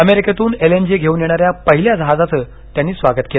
अमेरिकेतून L N G घेऊन येणाऱ्या पहिल्या जहाजाचं त्यांनी स्वागत केलं